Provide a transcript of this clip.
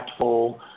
impactful